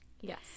Yes